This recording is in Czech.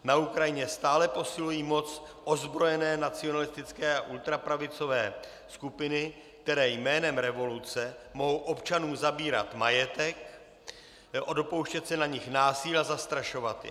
Na Ukrajině stále posilují moc ozbrojené nacionalistické a ultrapravicové skupiny, které jménem revoluce mohou občanům zabírat majetek, dopouštět se na nich násilí a zastrašovat je.